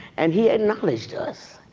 and he acknowledged us,